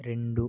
రెండు